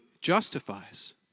justifies